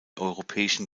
europäischen